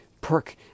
perk